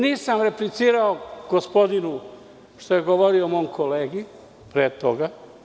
Nisam replicirao gospodinu koji je govorio o mom kolegi pre toga.